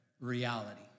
reality